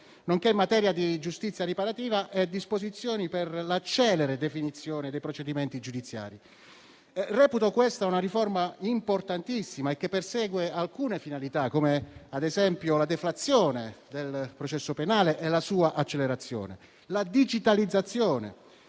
nonché in materia di giustizia riparativa e disposizioni per la celere definizione dei procedimenti giudiziari. Reputo questa una riforma importantissima, che persegue alcune finalità come, ad esempio, la deflazione del processo penale e la sua accelerazione, la digitalizzazione;